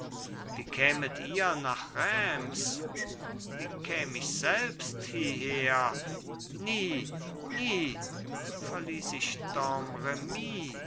wie kämet ihr nach reims wie käm ich selbst hieher nie nie verließ ich